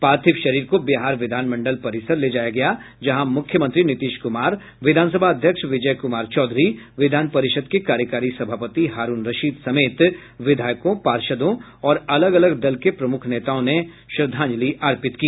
पार्थिव शरीर को बिहार विधानमंडल परिसर ले जाया गया जहां मुख्यमंत्री नीतीश कुमार विधानसभा अध्यक्ष विजय कुमार चौधरी विधान परिषद के कार्यकारी सभापति हारूण रशीद समेत विधायकों पार्षदों और अलग अलग दल के प्रमुख नेताओं ने उन्हें श्रद्धांजलि अर्पित की